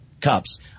cups